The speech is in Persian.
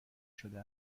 شده